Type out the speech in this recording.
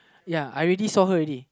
ya I already saw her already